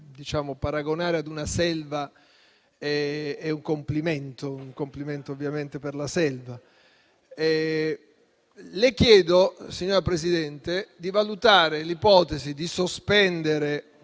paragonare a una selva è un complimento per la selva. Le chiedo, signora Presidente, di valutare l'ipotesi di sospendere